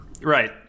Right